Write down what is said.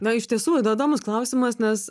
na iš tiesų įdo domus klausimas nes